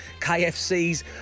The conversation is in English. KFC's